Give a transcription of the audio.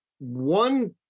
One